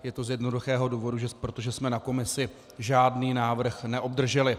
Je to z jednoduchého důvodu protože jsme na komisi žádný návrh neobdrželi.